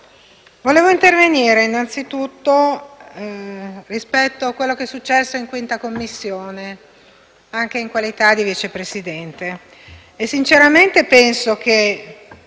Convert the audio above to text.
vorrei intervenire innanzitutto rispetto a quanto successo in 5a Commissione, anche in qualità di Vice Presidente. Sinceramente penso che